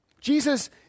Jesus